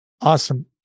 Awesome